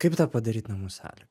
kaip tą padaryt namų sąlygom